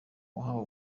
wahawe